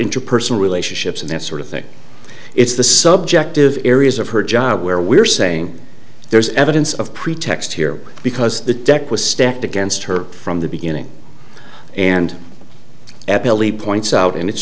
interpersonal relationships and that sort of thing it's the subjective areas of her job where we're saying there is evidence of pretext here because the deck was stacked against her from the beginning and at believe points out and it's